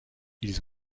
ils